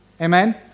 Amen